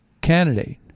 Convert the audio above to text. candidate